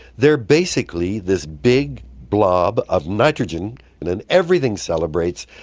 they are basically this big blob of nitrogen, and then everything celebrates.